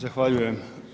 Zahvaljujem.